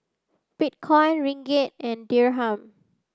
Bitcoin Ringgit and Dirham